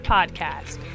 Podcast